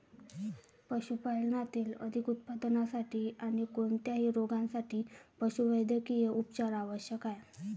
पशुपालनातील अधिक उत्पादनासाठी आणी कोणत्याही रोगांसाठी पशुवैद्यकीय उपचार आवश्यक आहेत